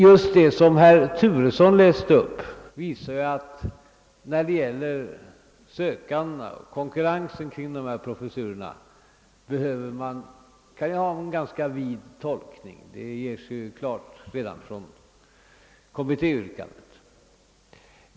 Just det som herr Turesson läste upp visar att man när det gäller de sökande till och konkurrensen om dessa professurer kan ha en ganska vid tolkning; det framgår redan av kommittébetänkandet.